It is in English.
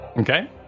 Okay